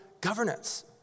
governance